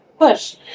Push